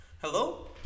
Hello